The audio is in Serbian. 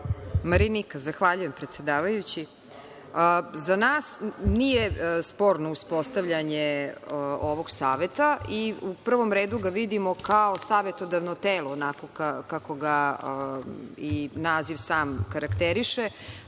Tepić** Zahvaljujem, predsedavajući.Za nas nije sporno uspostavljanje ovog Saveta i u prvom redu ga vidimo kao savetodavno telo onako kako ga i naziv sam karakteriše,